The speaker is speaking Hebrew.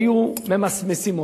היו ממסמסים אותן.